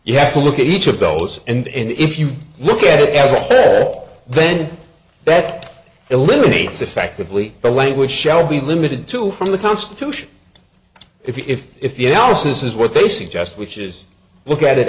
you have to look at each of those and if you look at it as a whole then that eliminates effectively the language shall be limited to from the constitution if the else is what they suggest which is look at it